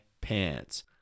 pants